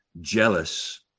jealous